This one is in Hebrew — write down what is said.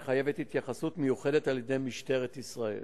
המחייבת התייחסות מיוחדת של משטרת ישראל.